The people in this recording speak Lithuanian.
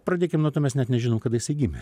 pradėkim nuo to mes net nežinom kada jisai gimė